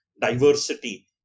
diversity